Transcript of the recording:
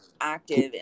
active